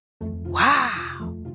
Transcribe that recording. Wow